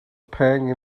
pang